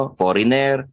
foreigner